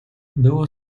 było